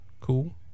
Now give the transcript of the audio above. cool